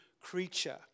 creature